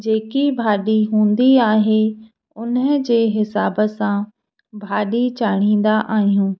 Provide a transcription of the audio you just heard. जेकी भाॼी हूंदी आहे उन जे हिसाब सां भाॼी चाढ़ींदा आहियूं